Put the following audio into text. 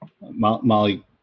Molly